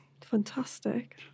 Fantastic